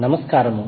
నమస్కారము